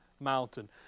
mountain